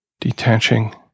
detaching